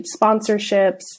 sponsorships